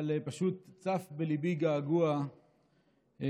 אבל פשוט צף בליבי געגוע למשורר